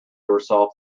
herself